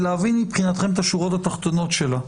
ולהבין מבחינתכם את השורות התחתונות שלה.